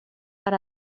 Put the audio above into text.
per